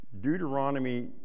Deuteronomy